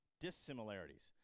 dissimilarities